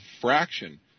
fraction